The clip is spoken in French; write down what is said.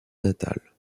natal